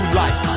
life